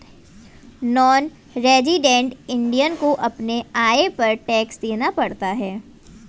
non resident Indian को अपने आय पर टैक्स देना पड़ता है